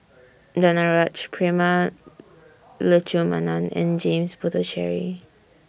Danaraj Prema Letchumanan and James Puthucheary